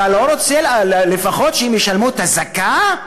אתה לא רוצה שהם ישלמו לפחות את ה"זכאת",